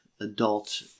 adult